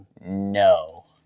No